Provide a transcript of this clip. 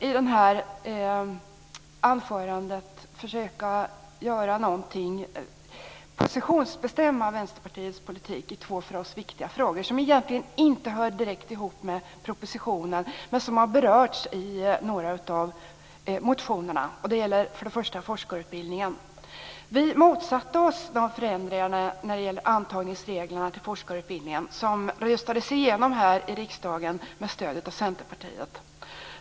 I detta anförande ska jag försöka positionsbestämma Vänsterpartiets politik i två för oss viktiga frågor som egentligen inte direkt hör ihop med propositionen men som har berörts i några av motionerna. Först och främst gäller det forskarutbildningen. Vi motsatte oss de förändringar av reglerna om antagning till forskarutbildningen som röstades igenom här i riksdagen med stöd av Centerpartiet.